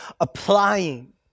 applying